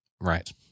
Right